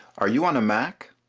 are you on a mac?